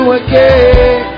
again